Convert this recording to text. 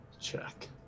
check